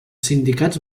sindicats